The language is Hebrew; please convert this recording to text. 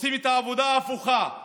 עושים את העבודה הפוך,